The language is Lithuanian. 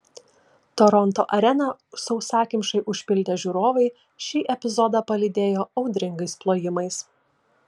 toronto areną sausakimšai užpildę žiūrovai šį epizodą palydėjo audringais plojimais